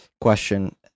question